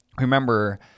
remember